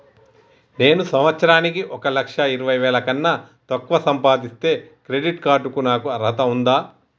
నేను సంవత్సరానికి ఒక లక్ష ఇరవై వేల కన్నా తక్కువ సంపాదిస్తే క్రెడిట్ కార్డ్ కు నాకు అర్హత ఉందా?